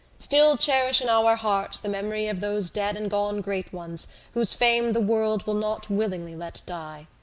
still cherish in our hearts the memory of those dead and gone great ones whose fame the world will not willingly let die.